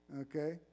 Okay